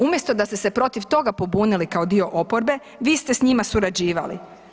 Umjesto da ste se protiv toga pobunili kao dio oporbe, vi ste s njima surađivali.